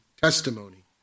testimony